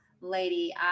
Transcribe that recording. lady